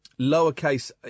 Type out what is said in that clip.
Lowercase